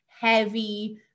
heavy